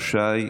אחריו, יזהר שי.